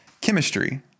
chemistry